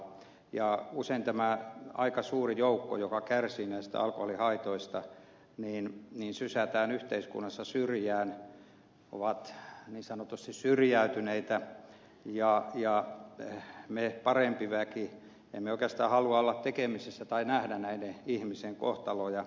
usein tämä aika suuri joukko joka kärsii näistä alkoholin haitoista sysätään yhteiskunnassa syrjään ovat niin sanotusti syrjäytyneitä ja me parempi väki emme oikeastaan halua olla tekemisissä tai nähdä näiden ihmisten kohtaloja